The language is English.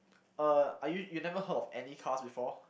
uh are you you never heard of any cars before